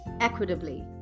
equitably